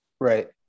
Right